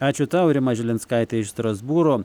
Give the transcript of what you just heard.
ačiū tau rima žilinskaitė iš strasbūro